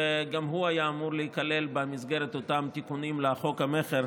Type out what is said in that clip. וגם הוא היה אמור להיכלל במסגרת אותם תיקונים לחוק המכר,